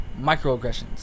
Microaggressions